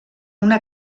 una